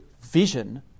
vision